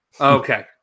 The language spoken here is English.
Okay